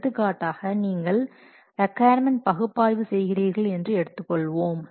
எடுத்துக்காட்டாக நீங்கள் ரிக்கொயர்மென்ட் பகுப்பாய்வு செய்கிறீர்கள் என்று எடுத்துக்கொள்வோம்